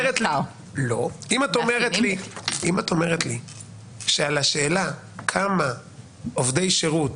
אם את אומרת לי שעל השאלה כמה עובדי שירות